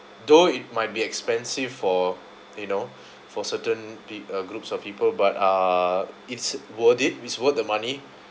though it might be expensive for you know for certain peo~ uh groups of people but uh it's worth it it's worth the money